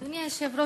אדוני היושב-ראש,